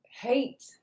hate